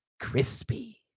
crispy